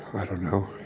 i don't know